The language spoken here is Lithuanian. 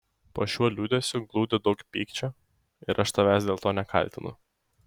po šiuo liūdesiu glūdi daug pykčio ir aš tavęs dėl to nekaltinu